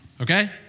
okay